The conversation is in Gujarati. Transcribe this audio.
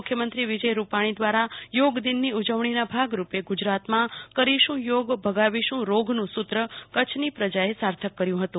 મુખ્યમંત્રી વિજયભાઈ રૂપાણી દ્વારા યોગ દીનની ઉજવણીના ભાગરૂપે ગુજરાતમાં કરીશં યોગ ભગાવીશું રોગનું સુત્રને કચ્છની પ્રજાએ સાર્થક કર્યુ હતું